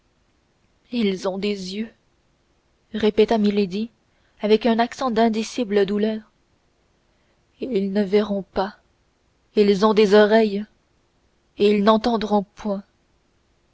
ils ont des yeux répéta milady avec un accent d'indicible douleur et ils ne verront pas ils ont des oreilles et ils n'entendront point